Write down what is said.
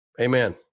Amen